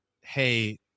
Hey